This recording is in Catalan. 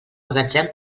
magatzem